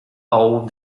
owe